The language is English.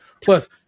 plus